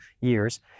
years